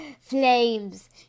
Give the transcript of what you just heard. Flames